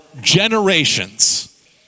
generations